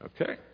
Okay